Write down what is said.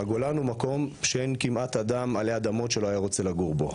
"הגולן הוא מקום שאין כמעט אדם עלי אדמות שלא היה רוצה לגור בו,